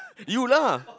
you lah